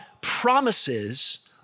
promises